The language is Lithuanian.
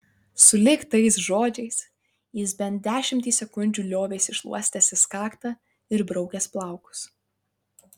sulig tais žodžiais jis bent dešimtį sekundžių liovėsi šluostęsis kaktą ir braukęs plaukus